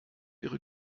ihre